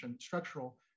structural